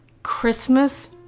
christmas